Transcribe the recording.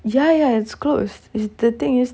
ya ya it's closed the thing is